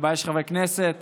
שבה יש חברי כנסת